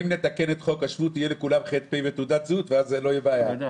אם נתקן את חוק השבות יהיה לכולם ח"פ ותעודת זהות ואז לא תהיה בעיה.